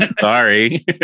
Sorry